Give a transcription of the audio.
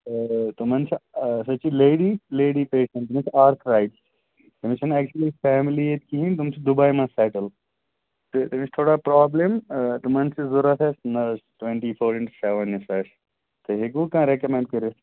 تِمَن چھِ سۄ چھِ لیڈی لیڈی پٮ۪شنٛٹ تٔمِس چھِ آرتھورایِڈ تٔمِس چھِنہٕ اٮ۪کچُؤلی فیملی ییٚتہِ کِہیٖنٛۍ تِم چھِ دُبے منٛز سیٹٕل تہٕ تٔمِس چھِ تھوڑا پرٛابلِم تِمَن چھِ ضروٗرت حظ nurse twenty four into seven یُس آسہِ تُہۍ ہٮ۪کوٕ کانٛہہ رِکامَنٛڈ کٔرِتھ